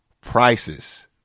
prices